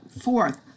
Fourth